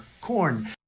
corn